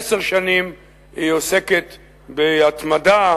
עשר שנים היא עוסקת בהתמדה,